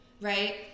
right